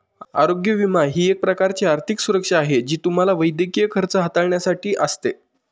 आरोग्य विमा ही एक प्रकारची आर्थिक सुरक्षा आहे जी तुम्हाला वैद्यकीय खर्च हाताळण्यासाठी असते